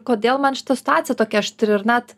kodėl man šita situacija tokia aštri ir net